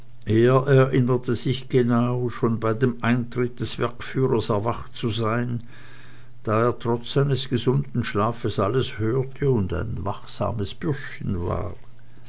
er erinnerte sich genau schon bei dem eintritte des werkführers erwacht zu sein da er trotz eines gesunden schlafes alles hörte und ein wachsames bürschchen war